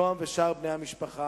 נועם ושאר בני המשפחה.